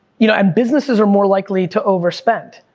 you know, and business are more likely to overspend.